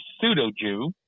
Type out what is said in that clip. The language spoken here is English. pseudo-Jew